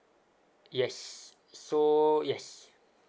yes so yes